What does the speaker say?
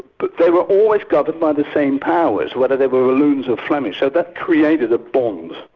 but they were always governed by the same powers whether they were walloons or flemish so that created a bond.